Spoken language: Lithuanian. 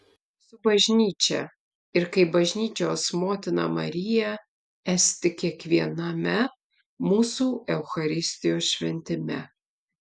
su bažnyčia ir kaip bažnyčios motina marija esti kiekviename mūsų eucharistijos šventime